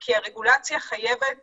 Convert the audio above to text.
כי הרגולציה חייבת